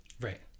right